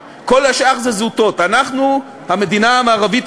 הסתייגות מס' 1 לא עברה.